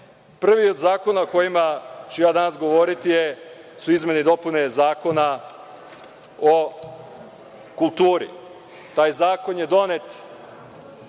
od zakona o kojima ću ja danas govoriti su izmene i dopune Zakona o kulturi. Taj zakon je donet